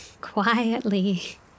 quietly